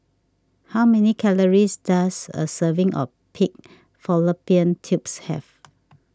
how many calories does a serving of Pig Fallopian Tubes have